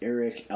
Eric